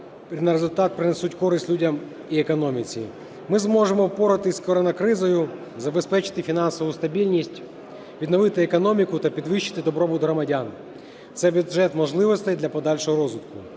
на результат, принесуть користь людям і економіці. Ми зможемо впоратись з коронакризою, забезпечити фінансову стабільність, відновити економіку та підвищити добробут громадян. Це бюджет можливостей для подальшого розвитку.